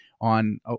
on